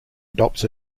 adopts